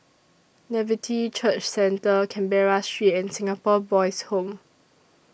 Nativity Church Centre Canberra Street and Singapore Boys' Home